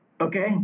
okay